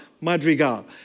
Madrigal